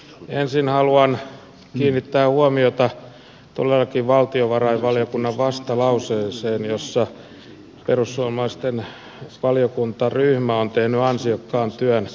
ensin haluan kiinnittää huomiota todellakin valtiovarainvaliokunnan vastalauseeseen jossa perussuomalaisten valiokuntaryhmä on tehnyt ansiokkaan työn